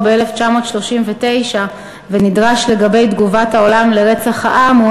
ב-1939 ונדרש לגבי תגובת העולם לרצח העם,